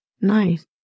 Nice